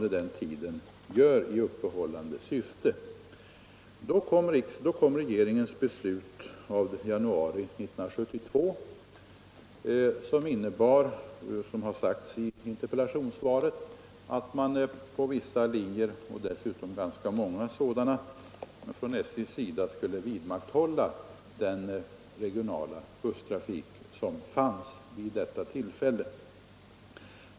1972 kom regeringens beslut, som innebar — såsom sagts i interpellationssvaret — att SJ på vissa linjer, ganska många sådana, skulle vidmakthålla den regionala busstrafik som fanns vid detta tillfälle.